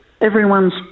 everyone's